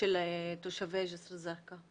תושבי ג'סר א-זרקא.